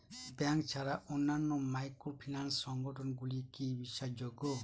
Bank ছাড়া অন্যান্য microfinance সংগঠন গুলি কি বিশ্বাসযোগ্য?